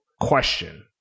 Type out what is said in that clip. question